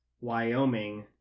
Wyoming